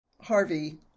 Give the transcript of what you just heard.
Harvey